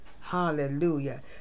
Hallelujah